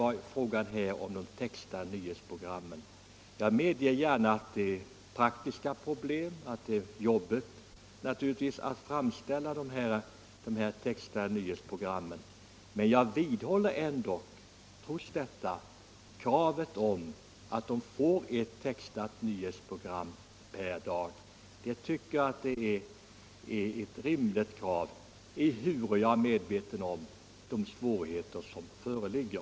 Vad det gäller textade nyhetsprogram medger jag gärna att det där finns praktiska problem och att det är arbetsamt att framställa sådana program, men jag vidhåller ändå kravet att vi får ett textat nyhetsprogram per dag. Det tycker jag är ett rimligt och skäligt krav, trots att jag är medveten om de svårigheter som här föreligger.